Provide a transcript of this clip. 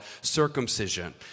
circumcision